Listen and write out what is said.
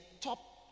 top